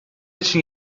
için